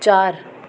चारि